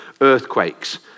earthquakes